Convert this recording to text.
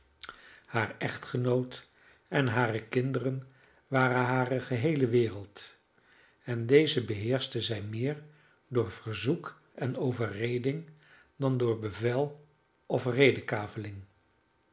haar echtgenoot en hare kinderen waren hare geheele wereld en deze beheerschte zij meer door verzoek en overreding dan door bevel of redekaveling